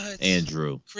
Andrew